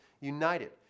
united